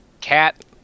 cat